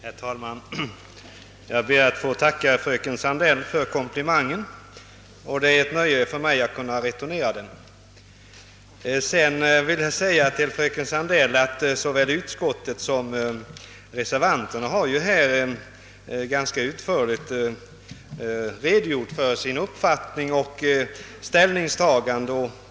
Herr talman! Jag ber att få tacka fröken Sandell för komplimangen, och det är ett nöje för mig att kunna returnera den. Såväl utskottsmajoriteten som reservanterna har ju, fröken Sandell, ganska utförligt redogjort för sina ställningstaganden.